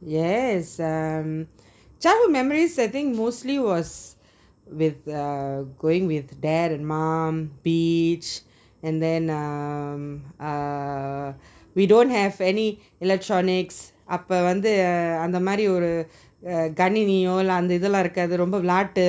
yes uh childhood memories I think mostly was with uh going with dad and mom beach and then um uh we don't have any electronics அப்போ வந்து அந்த மாறி ஒரு கணினியோ அந்த இத்தலம் இருக்காது ரொம்ப விளையாட்டு